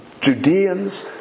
Judeans